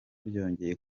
byongeye